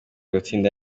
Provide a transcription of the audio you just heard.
gutsinda